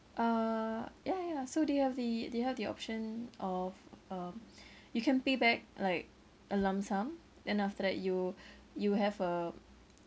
uh ya ya so they have the they have the option of um you can pay back like a lump sum then after that you you have a